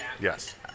Yes